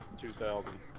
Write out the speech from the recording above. two thousand